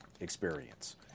experience